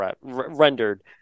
rendered